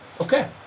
okay